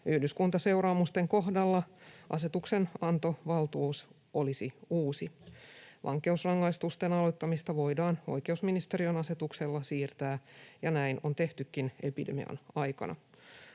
Yhdyskuntaseuraamusten kohdalla asetuksenantovaltuus olisi uusi. Vankeusrangaistusten aloittamista voidaan oikeusministeriön asetuksella siirtää, ja näin on tehtykin epidemian aikana.